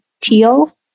teal